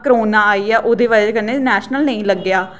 corona आई गेआ ओह्दी बजह् कन्नै नैशनल नेईं लग्गेआ